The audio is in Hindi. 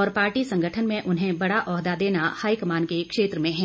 और पार्टी संगठन में उन्हें बड़ा औहदा देना हाईकमान के क्षेत्र में है